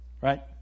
Right